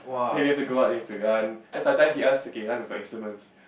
then we have to go up and we have to run then sometimes he ask okay run with your instruments